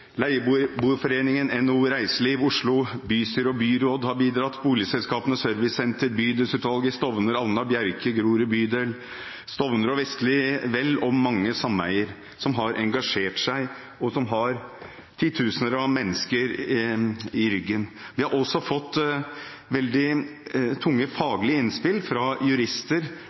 har Boligselskapenes ServiceSenter, Stovner bydelsutvalg, Alna bydelsutvalg, bydel Bjerke, bydel Grorud, Stovner Vel, Vestli Vel og mange sameier som har engasjert seg, og som har titusener av mennesker i ryggen. Vi har også fått veldig tunge faglige innspill fra jurister,